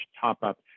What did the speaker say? top-up